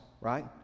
right